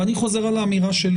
אני חוזר על האמירה שלי